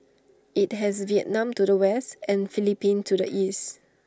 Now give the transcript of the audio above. IT has Vietnam to the west and Philippines to the east